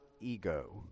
ego